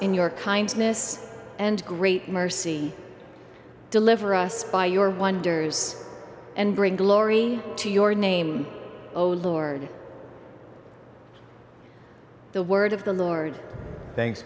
in your kindness and great mercy deliver us by your wonders and bring glory to your name oh lord the word of the lord thanks